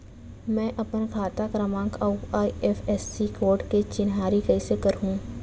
मैं अपन खाता क्रमाँक अऊ आई.एफ.एस.सी कोड के चिन्हारी कइसे करहूँ?